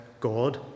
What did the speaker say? God